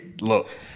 look